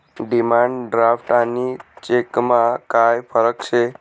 demand draft आणि चेकमा काय फरक शे